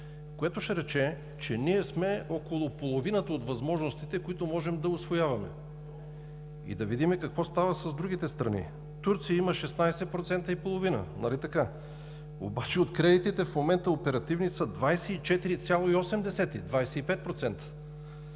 което ще рече, че ние сме около половината от възможностите, които можем да усвояваме. Да видим, какво става с другите страни? Турция има 16,5%, нали така, обаче от кредитите в момента – оперативни, са 24,8% – 25%.